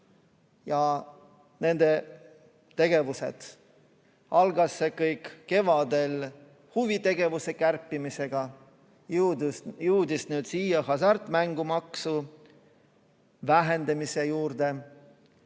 ja nende tegevused. Algas see kõik kevadel huvitegevuse kärpimisega ja jõudis nüüd hasartmängumaksu vähendamise juurde.